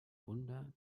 wunder